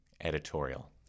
editorial